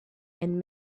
and